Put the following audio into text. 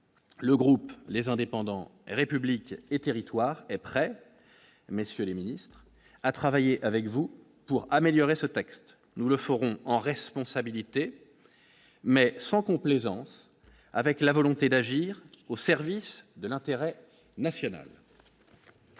le groupe les indépendants républiques et territoires est prêt, messieurs les Ministres, à travailler avec vous pour améliorer ce texte, nous le ferons en responsabilité, mais sans complaisance, avec la volonté d'agir au service de l'intérêt national.